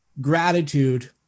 gratitude